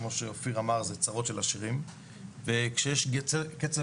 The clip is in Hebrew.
כמו שאופיר אמר זה צרות של עשירים וכשיש קצב